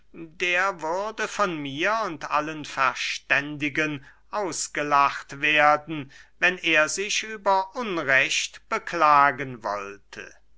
der würde von mir und allen verständigen ausgelacht werden wenn er sich über unrecht beklagen wollte